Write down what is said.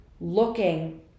looking